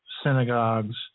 synagogues